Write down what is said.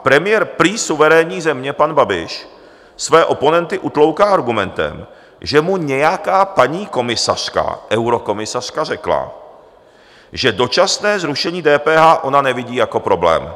Premiér prý suverénní země pan Babiš své oponenty utlouká argumentem, že mu nějaká paní komisařka, eurokomisařka, řekla, že dočasné zrušení DPH ona nevidí jako problém.